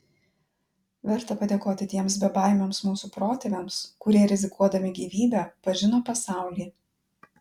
verta padėkoti tiems bebaimiams mūsų protėviams kurie rizikuodami gyvybe pažino pasaulį